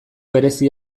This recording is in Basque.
berezi